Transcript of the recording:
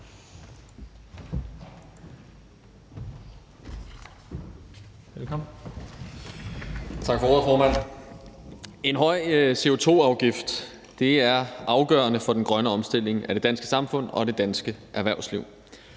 (SF): Tak for ordet, formand. En høj CO2-afgift er afgørende for den grønne omstilling af det danske samfund og det danske erhvervsliv.